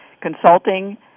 consulting